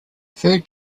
food